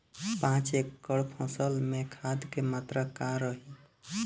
पाँच एकड़ फसल में खाद के मात्रा का रही?